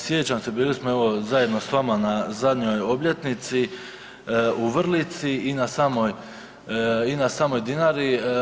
Sjećam se bili smo evo zajedno sa vama na zadnjoj obljetnici u Vrlici i na samoj Dinari.